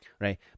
right